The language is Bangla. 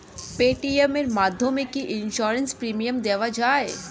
পেটিএম এর মাধ্যমে কি ইন্সুরেন্স প্রিমিয়াম দেওয়া যায়?